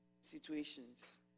situations